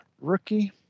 rookie